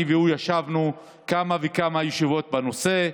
אני והוא ישבנו כמה וכמה ישיבות בנושא.